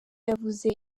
yavuze